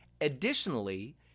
Additionally